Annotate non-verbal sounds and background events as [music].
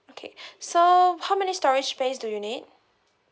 okay [breath] so how many storage space do you need